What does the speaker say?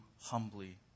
humbly